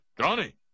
Johnny